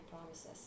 promises